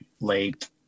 late